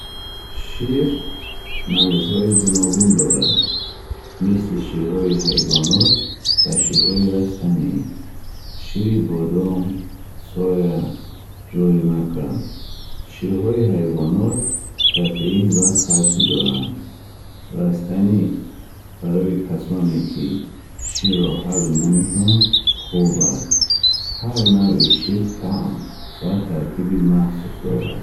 Шир намудҳои гуногун дорад, мисли ширҳои ҳайвонот ва ширҳои растанӣ: шири бодом, соя, ҷуворимакка. Ширҳои ҳайвонот протеин ва калсий доранд, растанӣ барои касоне, ки ширро ҳазм намекунанд, хуб аст. Ҳар навъи шир таъм ва таркиби махсус дорад.